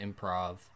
improv